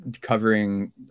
covering